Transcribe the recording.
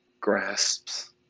grasps